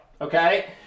okay